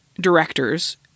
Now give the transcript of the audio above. directors